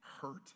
hurt